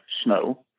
snow